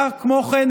כמו כן,